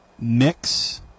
mix